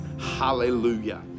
Hallelujah